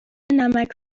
نمک